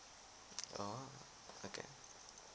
orh okay